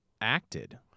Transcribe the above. acted